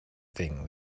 thing